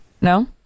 no